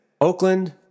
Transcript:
Oakland